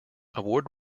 award